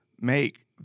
make